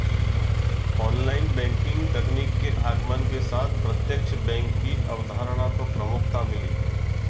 online banking तकनीक के आगमन के साथ प्रत्यक्ष बैंक की अवधारणा को प्रमुखता मिली